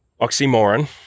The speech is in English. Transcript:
oxymoron